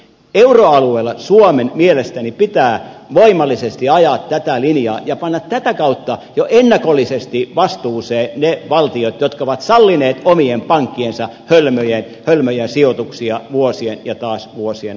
euroalueella suomen mielestäni pitää voimallisesti ajaa tätä linjaa ja panna tätä kautta jo ennakollisesti vastuuseen ne valtiot jotka ovat sallineet omien pankkiensa hölmöjä sijoituksia vuosien ja taas vuosien ajan